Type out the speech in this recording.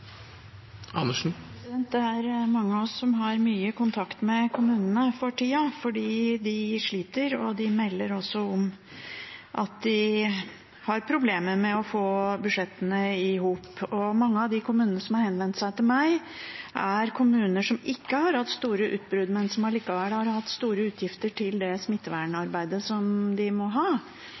mange av oss som har mye kontakt med kommunene for tida fordi de sliter. De melder også om at de har problemer med å få budsjettene til å gå i hop. Mange av de kommunene som har henvendt seg til meg, er kommuner som ikke har hatt store utbrudd, men som likevel har hatt store utgifter til det smittevernarbeidet som de må ha